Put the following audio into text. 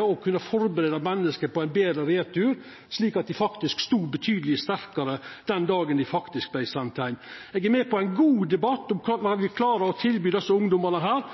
å førebu menneske på ein betre retur, slik at dei stod mykje sterkare den dagen dei faktisk vart sende heim. Eg er med på ein god debatt om kva me klarer å tilby desse ungdomane,